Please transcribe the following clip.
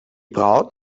braut